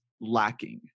lacking